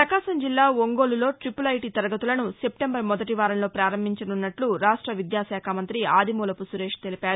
ప్రపకాశం జిల్లా ఒంగోలులో triple IT తరగతులను సెప్టెంబరు మొదటి వారంలో ప్రారంభించనున్నట్లు రాష్ట్ర విద్యాశాఖ మంతి ఆదిమూలపు సురేష్ తెలిపారు